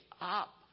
up